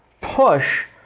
push